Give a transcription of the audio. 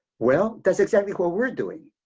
well, that's exactly what we're doing.